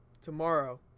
tomorrow